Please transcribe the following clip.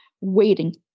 waiting